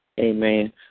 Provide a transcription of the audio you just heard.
Amen